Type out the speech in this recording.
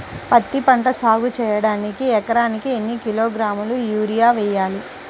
పత్తిపంట సాగు చేయడానికి ఎకరాలకు ఎన్ని కిలోగ్రాముల యూరియా వేయాలి?